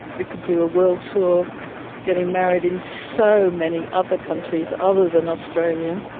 we could do a world tour getting married in so many other countries other than australia.